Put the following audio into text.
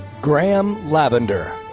graham lavender.